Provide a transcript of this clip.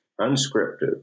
unscripted